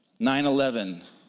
9-11